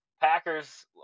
Packers